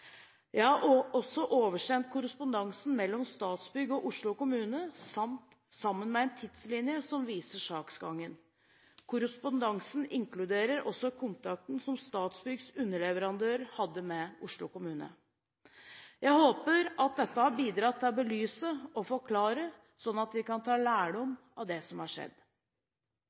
Jeg har også oversendt korrespondansen mellom Statsbygg og Oslo kommune, sammen med en tidslinje som viser saksgangen. Korrespondansen inkluderer også kontakten som Statsbyggs underleverandører hadde med Oslo kommune. Jeg håper at dette har bidratt til å belyse og forklare, slik at vi kan ta lærdom av det som har skjedd.